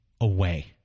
away